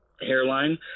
hairline